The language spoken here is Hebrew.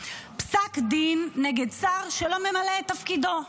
פסק דין נגד שר שלא ממלא את תפקידו.